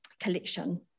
collection